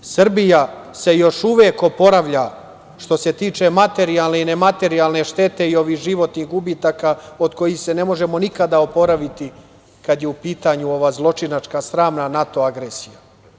Srbija se još uvek oporavlja što se tiče materijalne i nematerijalne štete i ovih životnih gubitaka od kojih se ne možemo nikada oporaviti kada je u pitanju ova zločinačka, sramna NATO agresija.